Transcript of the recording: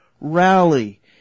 rally